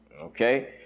Okay